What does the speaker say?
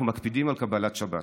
אנחנו מקפידים על קבלת שבת.